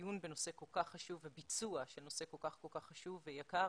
דיון בנושא כל כך חשוב וביצוע של נושא כל כך חשוב ויקר.